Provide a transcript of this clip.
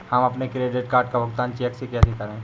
हम अपने credit card का भुगतान चेक से कैसे करें?